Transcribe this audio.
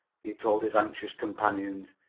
he told his anxious companions.